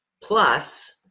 Plus